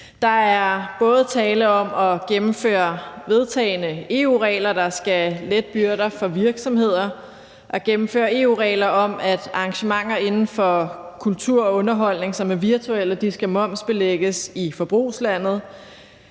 Der er både tale om at gennemføre vedtagne EU-regler, der skal lette byrder for virksomheder, og gennemføre EU-regler om, at arrangementer inden for kultur og underholdning, som er virtuelle, skal momsbelægges i forbrugslandet.